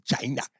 China